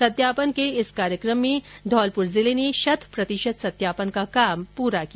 सत्यापन के इस कार्यक्रम मे धौलपुर जिले ने शत प्रतिशत सत्यापन का कार्य पूरा किया